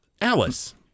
Alice